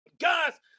Guys